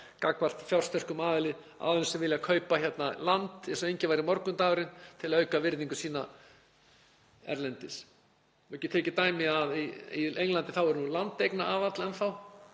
gagnvart fjársterkum aðilum sem vilja kaupa hérna land eins og enginn væri morgundagurinn til að auka virðingu sína erlendis. Ég get tekið dæmi að á Englandi er landeignaaðall enn þá